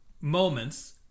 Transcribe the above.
moments